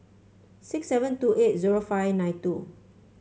six seven two eight zero five nine two